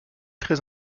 très